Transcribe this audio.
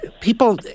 people